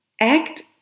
act